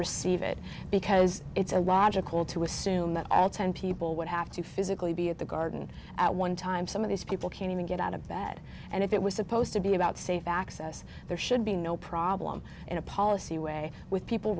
receive it because it's a logical to assume that ten people would have to physically be at the garden at one time some of these people can't even get out of bed and if it was supposed to be about safe access there should be no problem in a policy way with people